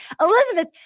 Elizabeth